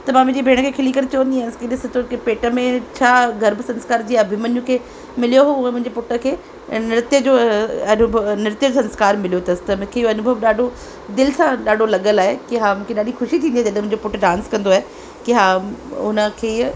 त मां मुंहिंजी भेण खे खिली करे चवंदी आयसि सुठो कि पेट में छा गर्भ संस्कार जीअं अभिमन्यु खे मिलियो हो उहो मुंहिंजे पुट खे नृत्य जो अनुभव नृत्य संस्कार मिलियो अथसि त मूंखे इहो अनुभव ॾाढो दिलि सां ॾाढो लॻल आहे कि हां मूंखे ॾाढी ख़ुशी थींदी आहे जॾहिं मुंहिंजो पुट डांस कंदो आहे कि हां उन खे इहा